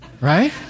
right